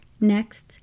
next